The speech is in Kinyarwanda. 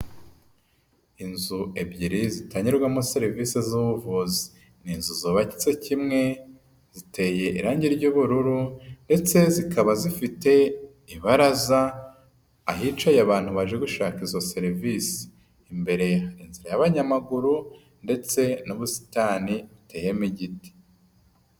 Inzu ebyiri zitangirwarwamo serivisi z'ubuvuzi. Ni inzu zubatse kimwe, ziteye irangi ry'ubururu ndetse zikaba zifite ibaraza ahicaye abantu baje gushaka izo serivisi. Imbere hari inzira y'abanyamaguru ndetse n'ubusitani buteyemo igiti.